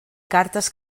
cartes